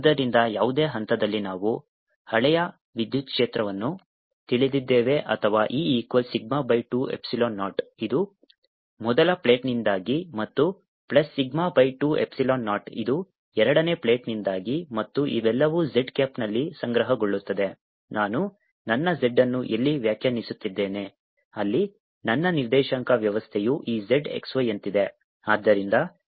ಆದ್ದರಿಂದ ಯಾವುದೇ ಹಂತದಲ್ಲಿ ನಾವು ಹಾಳೆಯ ವಿದ್ಯುತ್ ಕ್ಷೇತ್ರವನ್ನು ತಿಳಿದಿದ್ದೇವೆ ಅಥವಾ E equals sigma by 2 epsilon naught ಇದು ಮೊದಲ ಪ್ಲೇಟ್ ನಿಂದಾಗಿ ಮತ್ತು plus sigma by 2 epsilon naught ಇದು ಎರಡನೇ ಪ್ಲೇಟ್ ನಿಂದಾಗಿ ಮತ್ತು ಇವೆಲ್ಲವೂ z ಕ್ಯಾಪ್ನಲ್ಲಿ ಸಂಗ್ರಹಗೊಳ್ಳುತ್ತದೆ ನಾನು ನನ್ನ z ಅನ್ನು ಎಲ್ಲಿ ವ್ಯಾಖ್ಯಾನಿಸುತ್ತಿದ್ದೇನೆ ಅಲ್ಲಿ ನನ್ನ ನಿರ್ದೇಶಾಂಕ ವ್ಯವಸ್ಥೆಯು ಈ zxy ಯಂತಿದೆ ಆದ್ದರಿಂದ ಇದು ಪ್ಲಸ್ z ದಿಕ್ಕಿನಲ್ಲಿ ಹೋಗುತ್ತದೆ